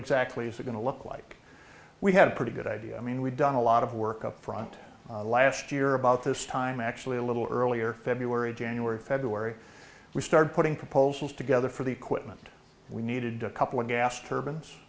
exactly is going to look like we have a pretty good idea i mean we've done a lot of work up front last year about this time actually a little earlier february january february we started putting proposals together for the equipment we needed a couple of gas turb